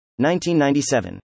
1997